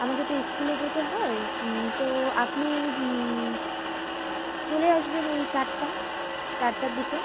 আমাকে তো স্কুলে যেতে হয় তো আপনি চলে আসবেন এই চারটে চারটের দিকে